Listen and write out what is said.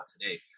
today